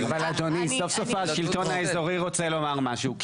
אדוני סוף סוף השלטון האזורי רוצה לומר משהו.